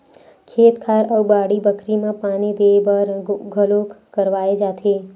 खेत खार अउ बाड़ी बखरी म पानी देय बर बोर घलोक करवाए जाथे